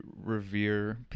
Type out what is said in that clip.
revere